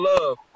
love